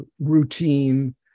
routine